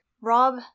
Rob